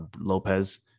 Lopez